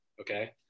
Okay